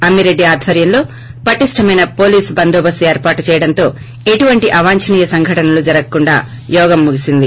అమ్మిరెడ్డి ఆధోర్యంలో పటిష్ణమైన పోలీస్ బందోబస్తు ఏర్పాటు చేయడంతో ఎటువంటి అవాంఛనీయ సంఘటనలు జరగకుండా యోగం ముగిసింది